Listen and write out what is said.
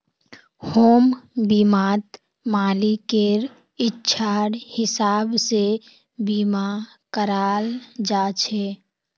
home बीमात मालिकेर इच्छार हिसाब से बीमा कराल जा छे